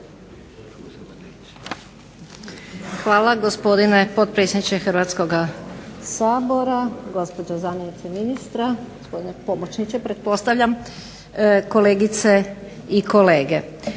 Hvala, gospodine potpredsjedniče Hrvatskoga sabora. Gospođo zamjenice ministra, gospodine pomoćniče, kolegice i kolege.